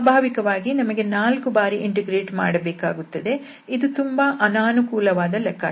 ಸ್ವಾಭಾವಿಕವಾಗಿ ನಮಗೆ 4 ಬಾರಿ ಇಂಟಿಗ್ರೇಟ್ ಮಾಡಬೇಕಾಗುತ್ತದೆ ಇದು ತುಂಬಾ ಅನಾನುಕೂಲವಾದ ಲೆಕ್ಕಚಾರ